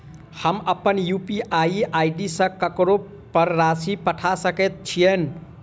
हम अप्पन UPI ID सँ ककरो पर राशि पठा सकैत छीयैन?